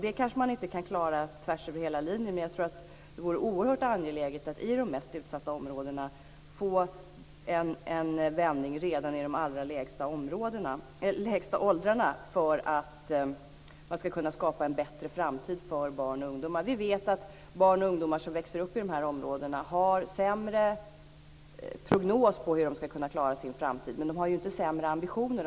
Man kanske inte kan klara detta över hela linjen, men det vore oerhört angeläget att i de mest utsatta områdena få en vändning redan i de allra lägsta åldrarna för att skapa en bättre framtid för barn och ungdomar. Vi vet att de som växer upp i de här områdena har en sämre prognos för framtiden, men de har inte sämre ambitioner.